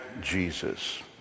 Jesus